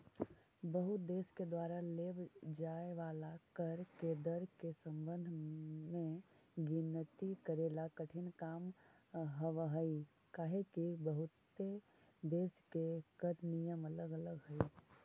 बहुते देश के द्वारा लेव जाए वाला कर के दर के संबंध में गिनती करेला कठिन काम हावहई काहेकि बहुते देश के कर नियम अलग अलग हई